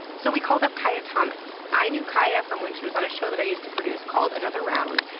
so we called up kaya thomas. i knew kaya from when she was on a show that i used to produce, called another round,